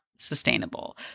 sustainable